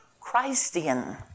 Christian